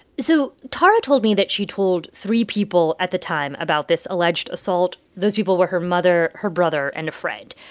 so tara told me that she told three people at the time about this alleged assault. those people were her mother, her brother and a friend.